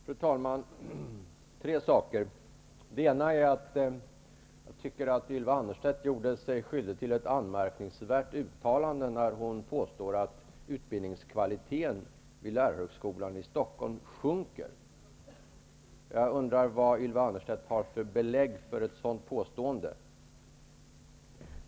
Fru talman! Jag vill ta upp tre saker. Den ena är att jag tycker att Ylva Annerstedt gjorde sig skyldig till ett anmärkningsvärt uttalande när hon påstår att utbildningskvaliteten vid lärarhögskolan i Stockholm sjunker. Jag undrar vad Ylva Annerstedt har för belägg för ett sådant påstående.